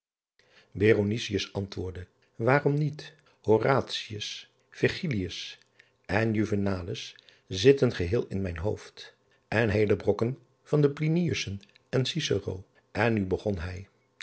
antwoordde aarom niet oratius irgilius en uvenalis zitten geheel in mijn hoofd en heele brokken van de liniussen en icero n nu begon hij